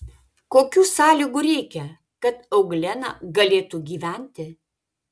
kokių sąlygų reikia kad euglena galėtų gyventi